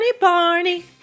Barney